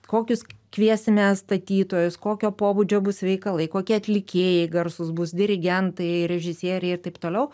kokius kviesime statytojus kokio pobūdžio bus veikalai kokie atlikėjai garsūs bus dirigentai režisieriai ir taip toliau